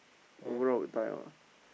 overall will die out